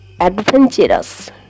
adventurous